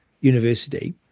University